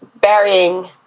burying